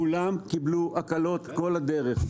כולם קיבלו הקלות כל הדרך.